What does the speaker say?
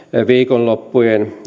viikonloppujen